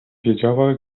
wiedziała